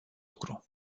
lucru